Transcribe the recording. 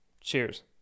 Cheers